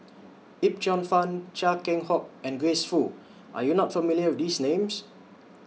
Yip Cheong Fun Chia Keng Hock and Grace Fu Are YOU not familiar with These Names